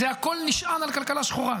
זה הכול נשען על כלכלה שחורה.